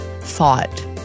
thought